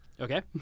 Okay